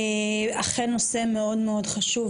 אכן נושא מאוד מאוד חשוב,